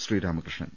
Sreeramakrishnan